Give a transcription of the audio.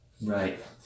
Right